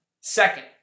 Second